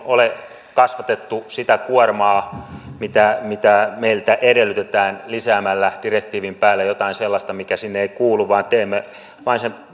ole kasvatettu sitä kuormaa mitä mitä meiltä edellytetään lisäämällä direktiivin päälle jotain sellaista mikä sinne ei kuulu vaan teemme vain sen